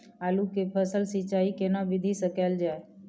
आलू के फसल के सिंचाई केना विधी स कैल जाए?